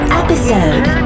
episode